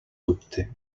dubte